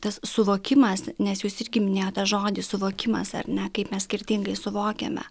tas suvokimas nes jūs irgi minėjote žodį suvokimas ar ne kaip mes skirtingai suvokiame